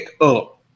up